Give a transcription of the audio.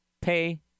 pay